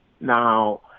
Now